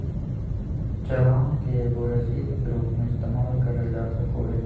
चालान के एगो रसीद के रूप मे इस्तेमाल करल जा सको हय